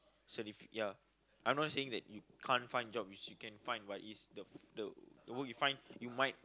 certifi~ ya I'm not saying that you can't find job is you can find but is the the work you find you might